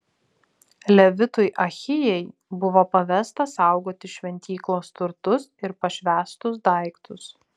levitui ahijai buvo pavesta saugoti šventyklos turtus ir pašvęstus daiktus